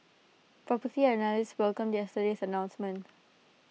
Property Analysts welcomed yesterday's announcement